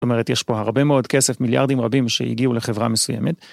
זאת אומרת, יש פה הרבה מאוד כסף, מיליארדים רבים שהגיעו לחברה מסוימת.